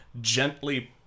gently